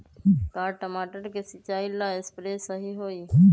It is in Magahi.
का टमाटर के सिचाई ला सप्रे सही होई?